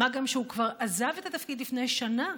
מה גם שהוא כבר עזב את התפקיד לפני שנה.